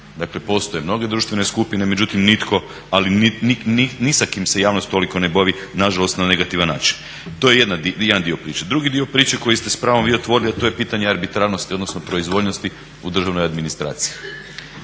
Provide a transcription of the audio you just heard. Dakle, postoje mnoge društvene skupine, međutim nitko, ali ni sa kim se javnost toliko ne bavi na žalost na negativan način. To je jedan dio priče. Drugi dio priče koji ste s pravom vi otvorili, a to je pitanje arbitrarnosti, odnosno proizvoljnosti u državnoj administraciji.